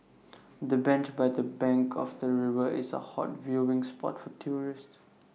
the bench by the bank of the river is A hot viewing spot for tourists